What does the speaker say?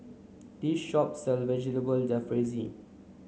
this shop sells Vegetable Jalfrezi